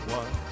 one